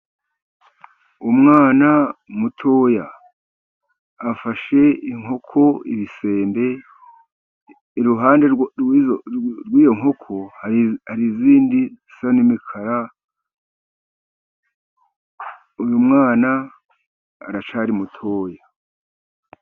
Umwana mutoya, afashe inkoko ibisembe, iruhande rw'iyo nkoko hari izindi zisa n'imikara. Uyu mwana aracyari mutoya.